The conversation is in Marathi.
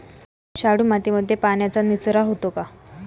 शाडू मातीमध्ये पाण्याचा निचरा होतो का?